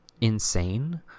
insane